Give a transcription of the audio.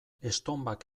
estonbak